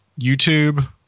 YouTube